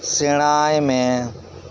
ᱥᱮᱬᱟᱭ ᱢᱮ